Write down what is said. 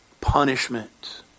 Punishment